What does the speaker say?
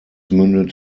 mündet